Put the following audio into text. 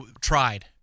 tried